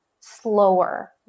slower